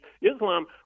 Islam